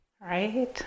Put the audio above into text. Right